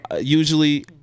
usually